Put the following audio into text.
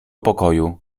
pokoju